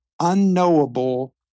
unknowable